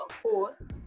four